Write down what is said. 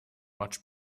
much